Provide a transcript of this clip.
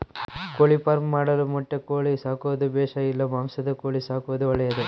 ಕೋಳಿಫಾರ್ಮ್ ಮಾಡಲು ಮೊಟ್ಟೆ ಕೋಳಿ ಸಾಕೋದು ಬೇಷಾ ಇಲ್ಲ ಮಾಂಸದ ಕೋಳಿ ಸಾಕೋದು ಒಳ್ಳೆಯದೇ?